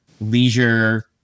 leisure